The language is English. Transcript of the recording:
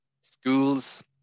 schools